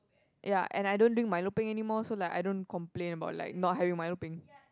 ya and I don't drink Milo peng anymore so like I don't complain about like not having Milo peng